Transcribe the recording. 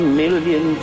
million